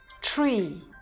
tree